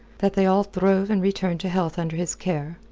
that they all throve and returned to health under his care,